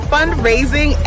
Fundraising